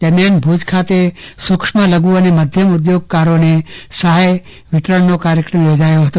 દરમિયાન ભુજ ખાતે સુક્ષ્મ લઘુ અને મધ્યમ ઉદ્યોગકારોને સહાય વિતરણનો કાર્યક્રમ યોજાયો હતો